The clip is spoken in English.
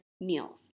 meals